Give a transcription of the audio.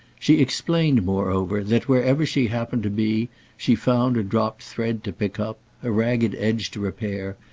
she explained moreover that wherever she happened to be she found a dropped thread to pick up, a ragged edge to repair,